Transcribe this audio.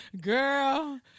Girl